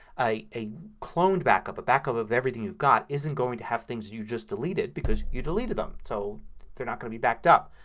a a clone backup, a backup of everything you've got, isn't going to have things you just deleted because you deleted them. so they're not going to be backed up.